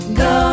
go